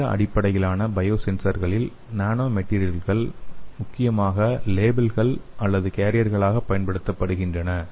காகித அடிப்படையிலான பயோசென்சர்களில் நானோ மெடீரியல்கள் முக்கியமாக லேபிள்கள் அல்லது கேரியர்களாகப் பயன்படுத்தப்படுகின்றன